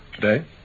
Today